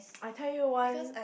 I tell you one